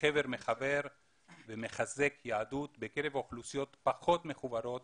חבר מחבר ומחזק יהדות בקרב אוכלוסיות פחות מחוברות